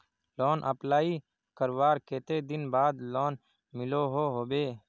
Loan apply करवार कते दिन बाद लोन मिलोहो होबे?